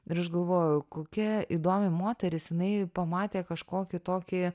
ir aš galvojau kokia įdomi moteris jinai pamatė kažkokį tokį